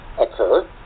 occur